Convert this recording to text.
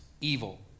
evil